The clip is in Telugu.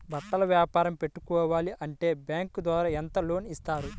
బట్టలు వ్యాపారం పెట్టుకోవాలి అంటే బ్యాంకు ద్వారా ఎంత లోన్ ఇస్తారు?